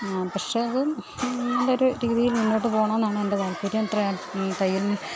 പക്ഷേ അത് നല്ല ഒരു രീതിയിൽ മുന്നോട്ട് പോകണം എന്നാണ് എൻ്റെ താൽപ്പര്യം തയ്യൽ